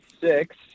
six